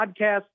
podcast